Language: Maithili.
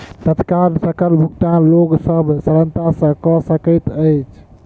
तत्काल सकल भुगतान लोक सभ सरलता सॅ कअ सकैत अछि